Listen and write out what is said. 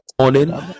morning